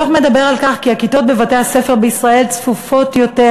הדוח מדבר על כך שהכיתות בבתי-הספר בישראל צפופות יותר,